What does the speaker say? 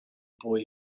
boy